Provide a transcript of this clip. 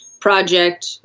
project